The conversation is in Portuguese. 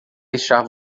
deixar